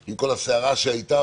עם כל הסערה שהייתה,